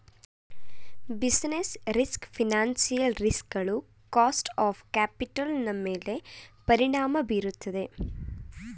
business risk financial ರಿಸ್ ಗಳು cost of capital ನನ್ಮೇಲೆ ಪರಿಣಾಮ ಬೀರುತ್ತದೆ